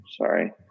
Sorry